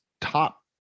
top